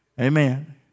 Amen